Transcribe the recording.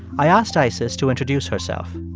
i asked isis to introduce herself.